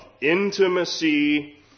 intimacy